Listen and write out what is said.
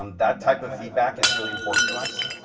um that type of feedback is really important to us,